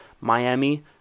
Miami